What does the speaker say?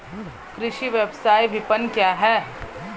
कृषि व्यवसाय विपणन क्या है?